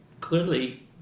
clearly